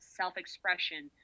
self-expression